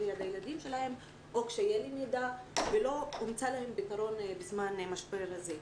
ליד הילדים שלהם או קשיי למידה ולא הומצא להם פתרון בזמן המשבר הזה.